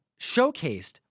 showcased